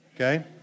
Okay